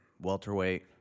welterweight